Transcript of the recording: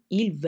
il